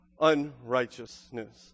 unrighteousness